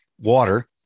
water